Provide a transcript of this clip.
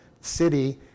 city